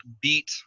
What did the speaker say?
beat